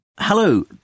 Hello